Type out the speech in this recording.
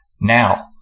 Now